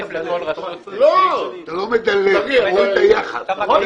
אתה לא מדלל, אתה מוריד את היחס.